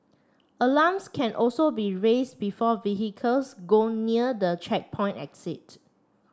alarms can also be raised before vehicles go near the checkpoint exit